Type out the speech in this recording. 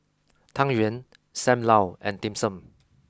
Tang Yuan Sam Lau and Dim Sum